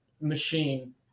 machine